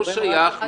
לא שייך,